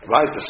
Right